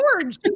George